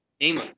name